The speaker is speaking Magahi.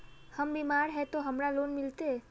हम बीमार है ते हमरा लोन मिलते?